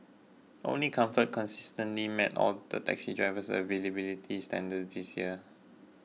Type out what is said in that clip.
only comfort consistently met all the taxi drivers availability standards this year